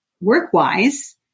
work-wise